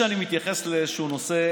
מאה אחוז.